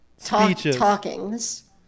Talkings